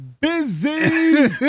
busy